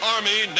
Army